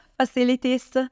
facilities